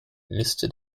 liste